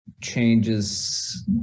changes